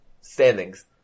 standings